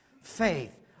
Faith